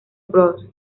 bros